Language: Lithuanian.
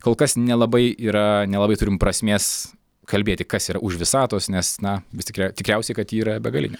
kol kas nelabai yra nelabai turim prasmės kalbėti kas yra už visatos nes na vis tik tikriausiai kad ji yra begalinė